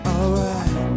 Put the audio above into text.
Alright